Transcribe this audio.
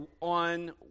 on